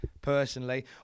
personally